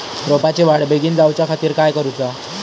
रोपाची वाढ बिगीन जाऊच्या खातीर काय करुचा?